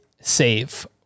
save